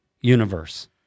universe